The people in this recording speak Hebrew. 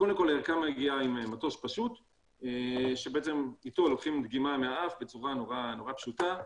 הערכה מגיעה עם מטוש פשוט שאיתו לוקחים דגימה מהאף בצורה נורא פשוטה,